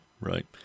Right